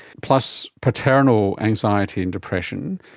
plus paternal anxiety and depression,